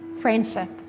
friendship